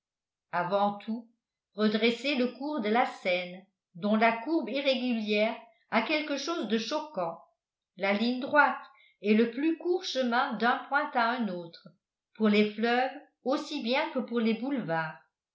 avant tout redresser le cours de la seine dont la courbe irrégulière a quelque chose de choquant la ligne droite est le plus court chemin d'un point à un autre pour les fleuves aussi bien que pour les boulevards